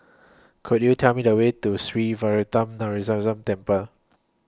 Could YOU Tell Me The Way to Sree Veeramuthu Muneeswaran Temple